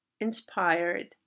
inspired